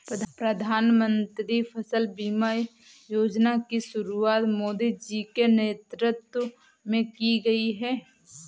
प्रधानमंत्री फसल बीमा योजना की शुरुआत मोदी जी के नेतृत्व में की गई है